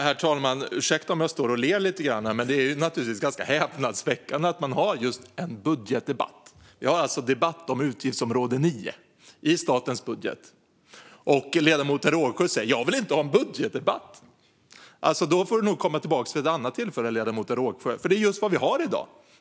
Herr talman! Ursäkta att jag ler lite grann, men det är häpnadsväckande att i debatten om utgiftsområde 9 i statens budget säga som ledamoten Rågsjö att hon inte vill ha en budgetdebatt. Då får ledamoten Rågsjö nog komma tillbaka vid ett annat tillfälle, för det är just vad vi har i dag.